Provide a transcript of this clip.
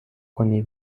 کنی